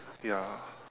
ya